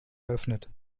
eröffnet